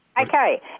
Okay